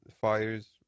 fires